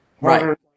Right